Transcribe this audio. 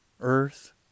earth